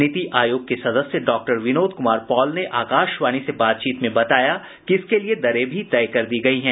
नीति आयोग के सदस्य डॉक्टर विनोद कूमार पॉल ने आकाशवाणी से बातचीत में बताया कि इसके लिए दरें भी तय कर दी गई है